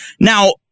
Now